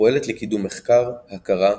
הפועלת לקידום מחקר, הכרה,